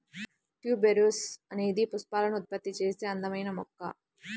tuberose అనేది పుష్పాలను ఉత్పత్తి చేసే అందమైన మొక్క